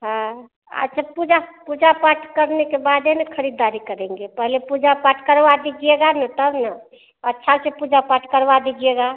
हाँ अच्छा पूजा पूजा पाठ करने के बादे ना ख़रीदारी करेंगे पहले पूजा पाठ करवा दीजिएगा ना तब ना अच्छा से पूजा पाठ करवा दीजिएगा